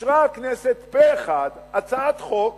אישרה הכנסת פה-אחד הצעת חוק